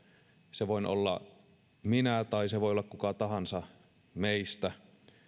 se voin olla minä tai se voi olla kuka tahansa meistä